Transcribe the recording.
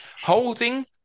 holding